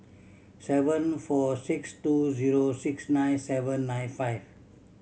seven four six two zero six nine seven nine five